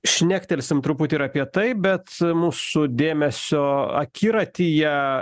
šnektelsim truputį ir apie tai bet mūsų dėmesio akiratyje